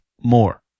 more